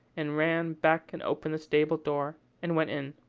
and ran back and opened the stable-door, and went in.